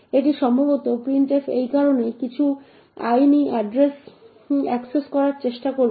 এটি সম্ভবত প্রিন্টএফ এর কারণে কিছু আইনি এড্রেস অ্যাক্সেস করার চেষ্টা করবে